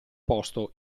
posto